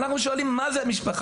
אנחנו שואלים, מה זה משפחה?